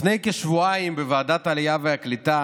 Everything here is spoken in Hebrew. לפני כשבועיים בוועדת העלייה והקליטה